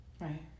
Right